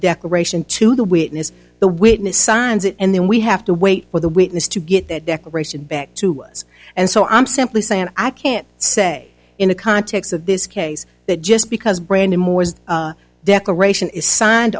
declaration to the witness the witness signs it and then we have to wait for the witness to get that declaration back to us and so i'm simply saying i can't say in the context of this case that just because brandon moore's declaration is signed